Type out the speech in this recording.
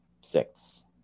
six